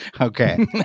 okay